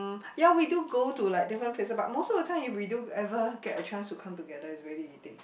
ya we do go to like different places but most of the time if we do ever get a chance to come together is really eating